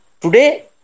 today